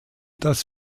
dass